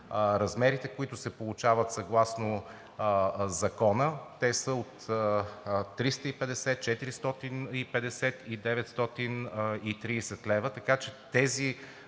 размерите, които се получават съгласно закона, са от 350, 450 и 930 лв. Така че тези